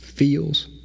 feels